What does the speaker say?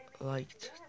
liked